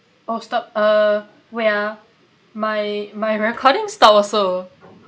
oh stop uh wait ah my my recording stop also